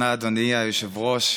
אדוני היושב-ראש.